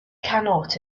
cannot